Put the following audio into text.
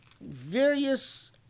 various